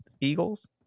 Eagles